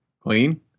Clean